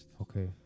okay